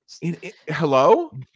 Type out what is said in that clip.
Hello